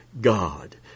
God